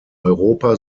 europa